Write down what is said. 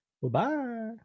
Goodbye